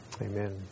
Amen